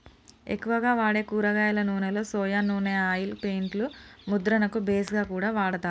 ఎక్కువగా వాడే కూరగాయల నూనెలో సొయా నూనె ఆయిల్ పెయింట్ లు ముద్రణకు బేస్ గా కూడా వాడతారు